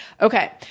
Okay